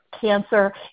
cancer